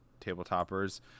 tabletoppers